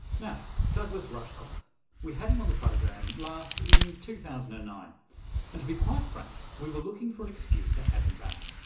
now, douglas rushkoff we had him on the program last in two thousand and nine and to be quite frank we were looking for an excuse to have him back.